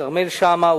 כרמל שאמה,